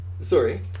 sorry